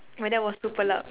!wah! that was super loud